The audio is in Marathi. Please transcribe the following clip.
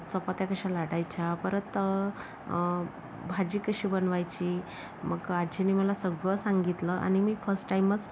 चपात्या कशा लाटायच्या परत भाजी कशी बनवायची मग आजीने मला सगळं सांगितलं आणि मी फर्स्ट टाईमच